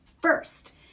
first